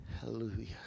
Hallelujah